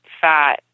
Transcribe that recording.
fat